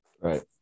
right